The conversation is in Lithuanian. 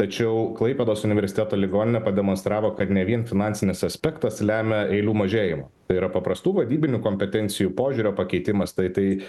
tačiau klaipėdos universiteto ligoninė pademonstravo kad ne vien finansinis aspektas lemia eilių mažėjimą tai yra paprastų vadybinių kompetencijų požiūrio pakeitimas tai tai